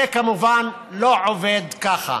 זה כמובן לא עובד ככה.